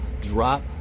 drop